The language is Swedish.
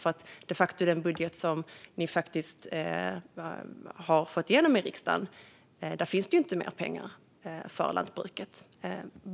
I den budget som de har fått igenom i riksdagen finns det de facto inte mer pengar för lantbruket.